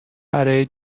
برای